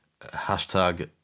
hashtag